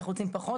אנחנו רוצים פחות,